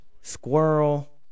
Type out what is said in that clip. squirrel